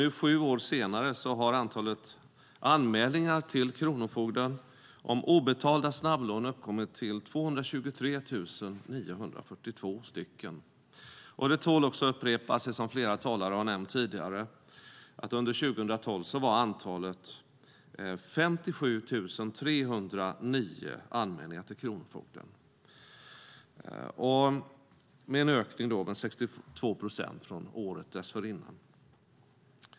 Nu, sju år senare, har antalet anmälningar till Kronofogden om obetalda snabblån kommit upp i 223 942. Det tål att upprepas det som flera talare har nämnt tidigare, att under 2012 var antalet anmälningar till Kronofogden 57 309. Det är en ökning med 62 procent från året dessförinnan.